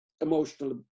emotional